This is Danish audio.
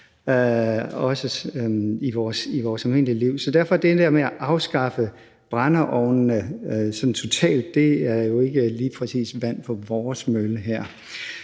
også i vores almindelige liv. Så derfor er det der med at afskaffe brændeovnene sådan totalt ikke lige præcis vand på vores mølle her.